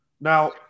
Now